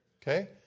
Okay